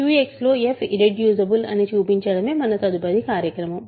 QX లో f irreducible అని చూపించడమే మన తదుపరి కార్యక్రమం